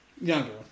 Younger